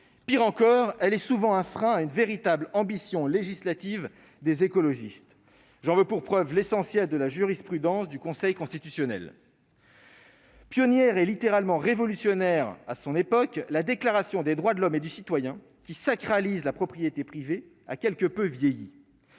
Pis encore, elle est souvent un frein à une véritable ambition législative des écologistes. J'en veux pour preuve l'essentiel de la jurisprudence du Conseil constitutionnel. Pionnière et littéralement révolutionnaire à son époque, la Déclaration des droits de l'homme et du citoyen, qui sacralise la propriété privée, a quelque peu vieilli.